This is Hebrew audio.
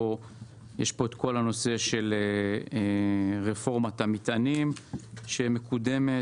מדובר בכל הנושא של רפורמת המטענים שמקודמת,